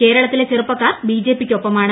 കേരളത്തിലെ ചെറുപ്പക്കാർ ബിജെപിയ്ക്കൊപ്പമാണ്